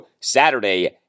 Saturday